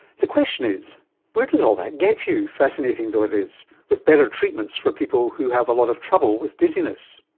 the question is where does all that get you fascinating though it is with better treatments for people who have a lot of trouble with dizziness?